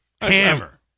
Hammer